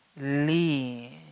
lean